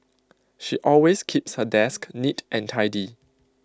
she always keeps her desk neat and tidy